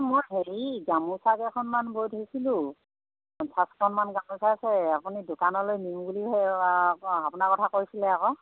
মই হেৰি গামোচা কেইখনমান বৈ থৈছিলোঁ পঞ্চাছখনমান গামোচা আছে আপুনি দোকানলৈ নিম বুলি সেই আকৌ আপোনাৰ কথা কৈছিলে আকৌ